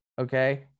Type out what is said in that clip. Okay